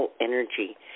energy